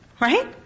Right